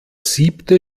siebte